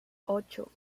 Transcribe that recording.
ocho